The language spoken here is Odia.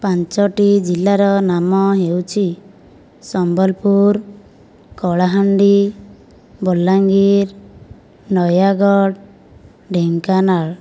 ପାଞ୍ଚୋଟି ଜିଲ୍ଲାର ନାମ ହେଉଛି ସମ୍ବଲପୁର କଳାହାଣ୍ଡି ବଲାଙ୍ଗୀର ନୟାଗଡ଼ ଢ଼େଙ୍କାନାଳ